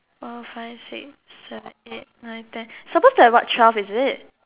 four five six seven eight nine ten supposed to have what twelve is it